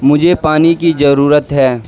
مجھے پانی کی ضرورت ہے